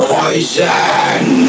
Poison